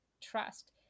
Trust